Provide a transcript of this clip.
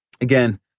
Again